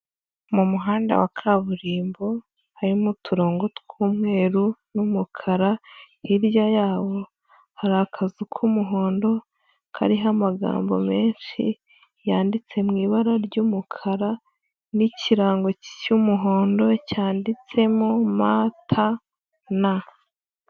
Mu muhanda wa kaburimbo harimo uturongo tw'umweru n'umukara, hirya yabo hari akazu k'umuhondo kariho amagambo menshi yanditse mu ibara ry'umukara n'ikirango cy'umuhondo cyanditsemo MTN.